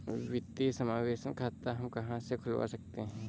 वित्तीय समावेशन खाता हम कहां से खुलवा सकते हैं?